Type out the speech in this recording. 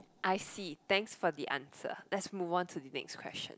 I see thanks for the answer let's move on to the next question